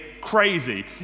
crazy